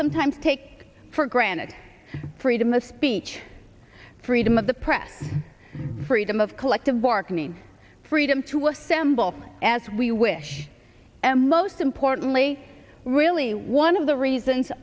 sometimes take for granted freedom of speech freedom of the press freedom of collective bargaining freedom to assemble as we wish and most importantly really one of the reasons